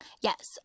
Yes